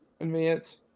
Advance